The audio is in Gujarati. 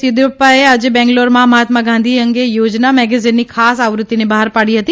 યુદીયુરપાાએ આજે બેંગલોરમાં મહાત્મા ગાંધી અંગે યોજના મેગેઝીનની ખાસ આવૃતીને બહાર ાડી હતી